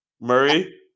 Murray